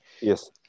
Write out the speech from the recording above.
Yes